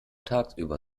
tagsüber